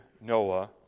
Noah